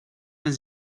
mehr